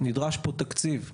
נדרש פה תקציב,